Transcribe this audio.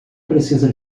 precisa